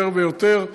יותר ויותר.